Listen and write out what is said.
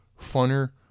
funner